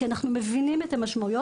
כי אנחנו מבינים את המשמעויות.